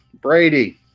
Brady